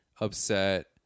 upset